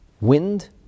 wind